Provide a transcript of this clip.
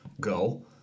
go